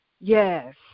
Yes